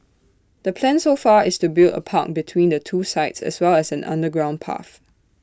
the plan so far is to build A park between the two sites as well as an underground path